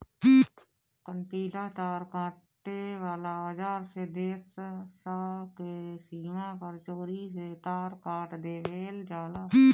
कंटीला तार काटे वाला औज़ार से देश स के सीमा पर चोरी से तार काट देवेल जाला